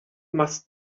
must